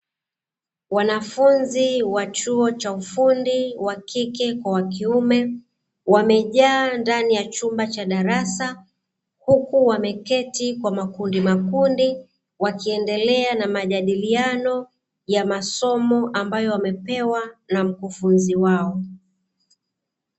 Wanafunzi wa chuo cha ufundi wakike kwa wakiume, wamejaa ndani ya chumba cha darasa, huku wameketi kwa makundimakundi, wakiendelea na majadiliano ya masomo ambayo wamepewa na mkufunzi wao.